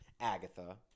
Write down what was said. Agatha